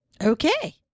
Okay